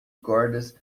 cordas